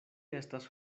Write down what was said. estas